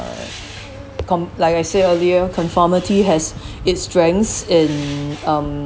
com~ like I said earlier conformity has its strengths in um